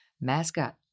Mascot